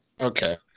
Okay